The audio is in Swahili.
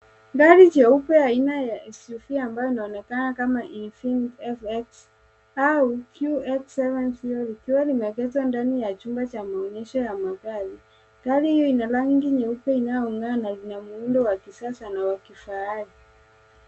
Gari jeupe aina ya s u v ambayo inaonekana kama e v f x au qx70 likiwa limeegezwa ndani ya chumba cha maonyesho ya magari. Gari hiyo ina rangi nyeupe inayong'aa na ina muundo wa kisasa na wa kifahari.